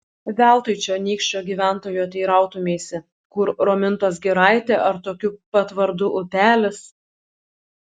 veltui čionykščio gyventojo teirautumeisi kur romintos giraitė ar tokiu pat vardu upelis